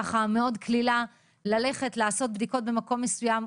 ככה מאוד קלילה וללכת לעשות בדיקות במקום מסוים,